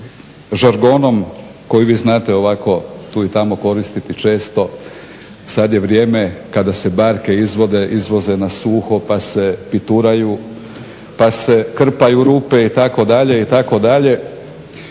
žargonom koji vi znate ovako tu i tamo koristiti često, sada je vrijeme kada se barke izvoze na suho pa se pituraju, pa se krpaju rupe itd., itd..